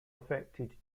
affected